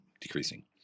decreasing